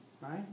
Right